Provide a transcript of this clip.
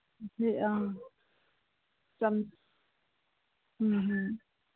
ꯎꯝ